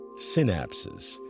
Synapses